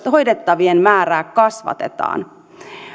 hoidettavien määrää kasvatetaan